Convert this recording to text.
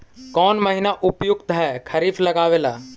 कौन महीना उपयुकत है खरिफ लगावे ला?